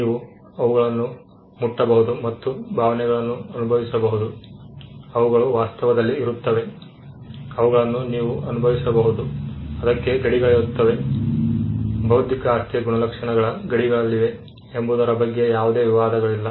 ನೀವು ಅವುಗಳನ್ನು ಮುಟ್ಟಬಹುದು ಮತ್ತು ಭಾವನೆಗಳನ್ನು ಅನುಭವಿಸಬಹುದು ಅವುಗಳು ವಾಸ್ತವದಲ್ಲಿ ಇರುತ್ತವೆ ಅವುಗಳನ್ನು ನೀವು ಅನುಭವಿಸಬಹುದು ಅದಕ್ಕೆ ಗಡಿಗಳಿರುತ್ತವೆ ಬೌದ್ಧಿಕ ಆಸ್ತಿಯ ಗುಣಲಕ್ಷಣಗಳ ಗಡಿಗಳಲ್ಲಿವೆ ಎಂಬುದರ ಬಗ್ಗೆ ಯಾವುದೇ ವಿವಾದಗಳಿಲ್ಲ